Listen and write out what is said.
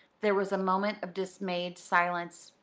there was a moment of dismayed silence,